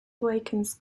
awakens